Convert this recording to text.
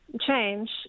change